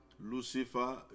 Lucifer